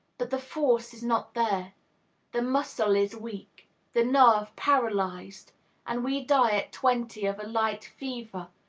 but the force is not there the muscle is weak the nerve paralyzed and we die at twenty of a light fever,